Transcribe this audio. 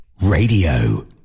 Radio